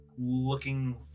looking